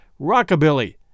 rockabilly